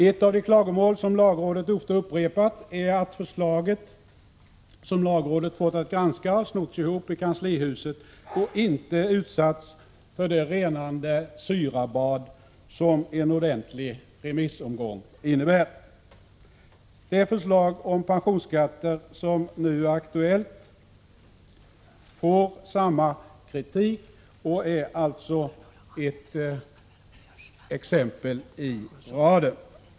Ett av de klagomål som lagrådet ofta upprepat är att de förslag lagrådet fått att granska har snotts ihop i kanslihuset och inte utsatts för det renande syrabad som en ordentlig remissomgång innebär. Det förslag om pensionsskatter som nu är aktuellt möter samma kritik och är således ett exempel i raden.